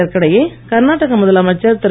இதற்கிடையே கர்நாடக முதலமைச்சர் திரு